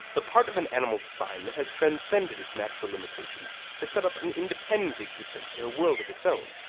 the part of an animal's spine that has transcended its natural limitations to set up an independent existence in a world of its own.